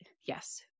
yes